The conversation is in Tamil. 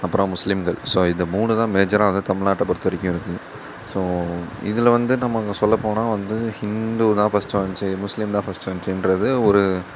அப்புறம் முஸ்லீம்கள் ஸோ இந்த மூணு தான் மேஜராக வந்து தமிழ் நாட்டை பொறுத்த வரைக்கும் இருக்குது ஸோ இதில் வந்து நம்ம அங்கே சொல்லப்போனால் வந்து ஹிந்து தான் ஃபஸ்ட்டு வந்துச்சு முஸ்லீம் தான் ஃபஸ்ட்டு வந்துச்சுன்றது ஒரு